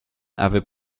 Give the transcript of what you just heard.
avait